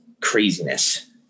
craziness